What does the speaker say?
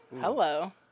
hello